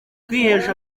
kwihesha